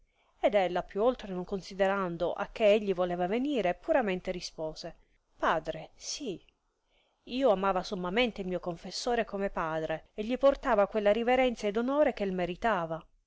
ed ella più oltre non considerando a che egli voleva venire puramente rispose padre sì io amava sommamente il mio confessore come padre e gli portava quella riverenzia ed onore che meritava